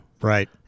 Right